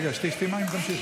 רגע, שתי מים ותמשיכי.